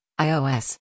iOS